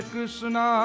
Krishna